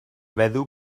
feddw